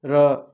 र